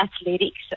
Athletics